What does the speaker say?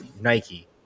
Nike